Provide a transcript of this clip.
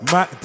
Mac